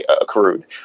accrued